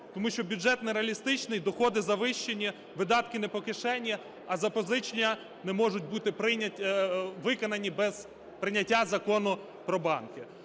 тому що бюджет нереалістичний, доходи завищені, видатки не по кишені, а запозичення не можуть бути виконані без прийняття Закону про банки.